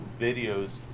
videos